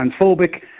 transphobic